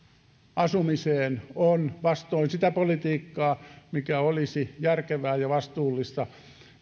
asumiseen on vastoin sitä politiikkaa mikä olisi järkevää ja vastuullista